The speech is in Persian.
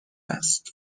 است